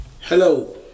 hello